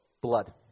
blood